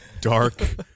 dark